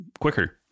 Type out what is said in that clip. quicker